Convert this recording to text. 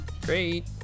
great